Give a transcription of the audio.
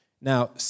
Now